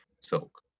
silk